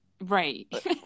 right